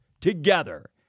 together